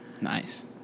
nice